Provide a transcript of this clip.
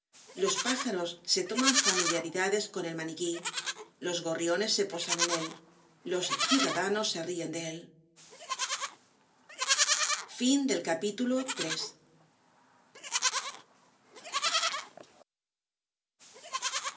los pájaros se toman familiaridades con el maniquí los gorriones se posan en él los ciudadanos se rien de él content from